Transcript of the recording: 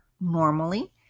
normally